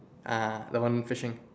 ah the one fishing